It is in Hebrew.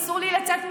אסור לי לצאת מכאן.